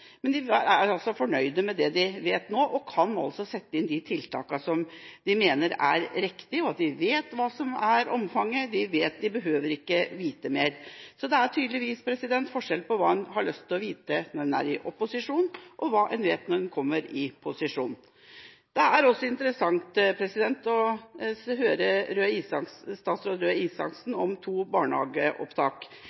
men de er altså fornøyd med det de vet nå – og kan sette inn de tiltaka de mener er riktig. De vet hva som er omfanget, de behøver ikke vite mer. Det er tydeligvis forskjell på hva en har lyst å vite når en er i opposisjon, og hva en vet når en kommer i posisjon. Det er også interessant å høre statsråd Røe Isaksen